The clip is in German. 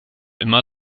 immer